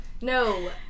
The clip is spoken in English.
No